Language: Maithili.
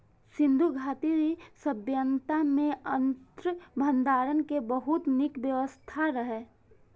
सिंधु घाटी सभ्यता मे अन्न भंडारण के बहुत नीक व्यवस्था रहै